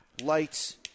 lights